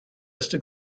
erste